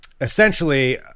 essentially